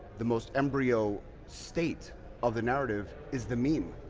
the most embryo state of the narrative is the meme.